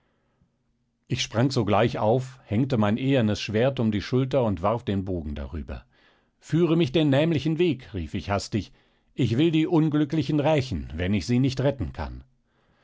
ich sprang sogleich auf hängte mein ehernes schwert um die schulter und warf den bogen darüber führe mich den nämlichen weg rief ich hastig ich will die unglücklichen rächen wenn ich sie nicht retten kann